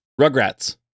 Rugrats